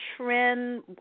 trend